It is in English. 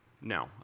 No